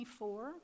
24